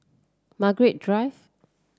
Margaret Drive